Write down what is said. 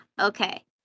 okay